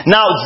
Now